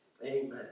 Amen